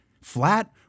Flat